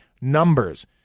numbers